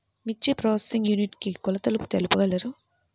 మిర్చి processing unit కి కొలతలు తెలుపగలరు?